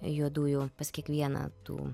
juodųjų pas kiekvieną tų